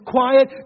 Quiet